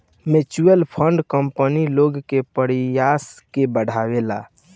mutual fund company लोग के पयिसा के बढ़ावेला